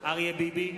אריה ביבי,